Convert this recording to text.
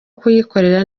kuyikorera